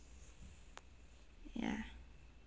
ya